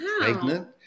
pregnant